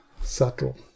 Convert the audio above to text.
Subtle